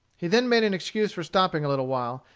he then made an excuse for stopping a little while,